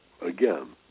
again